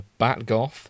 Batgoth